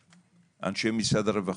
אנשי משרד הרווחה,